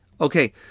Okay